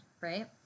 right